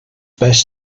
best